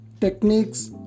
techniques